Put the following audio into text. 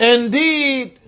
Indeed